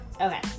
okay